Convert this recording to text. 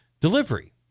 delivery